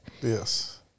Yes